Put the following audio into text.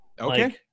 Okay